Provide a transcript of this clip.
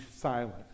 silent